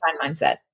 mindset